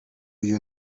you